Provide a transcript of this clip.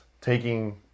Taking